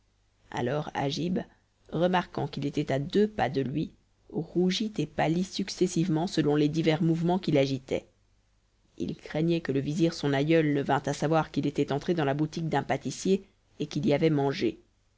alors agib remarquant qu'il était à deux pas de lui rougit et pâlit successivement selon les divers mouvements qui l'agitaient il craignait que le vizir son aïeul ne vînt à savoir qu'il était entré dans la boutique d'un pâtissier et qu'il y avait mangé